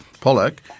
Pollock